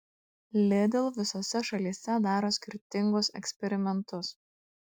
lidl visose šalyse daro skirtingus eksperimentus